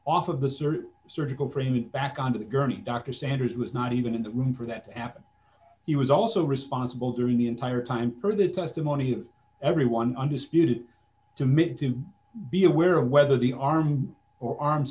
sir surgical frame back onto the gurney dr sanders was not even in the room for that to happen he was also responsible during the entire time for the testimony of everyone undisputed to mid to be aware of whether the arm or arms